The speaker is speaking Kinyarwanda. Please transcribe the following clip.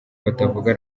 batavuga